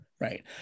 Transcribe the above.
right